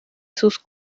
sus